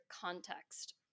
context